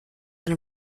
eine